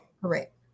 Correct